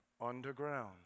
Underground